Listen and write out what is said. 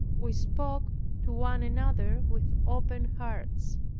we spoke to one another with open hearts.